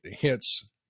hence